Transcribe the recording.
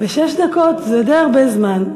ושש דקות זה די הרבה זמן.